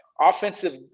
offensive